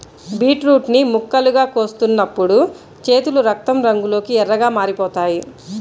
beetroot ని ముక్కలుగా కోస్తున్నప్పుడు చేతులు రక్తం రంగులోకి ఎర్రగా మారిపోతాయి